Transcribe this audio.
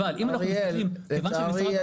אבל אם אתם לוקחים את מה שמשרד התחבורה --- אריאל,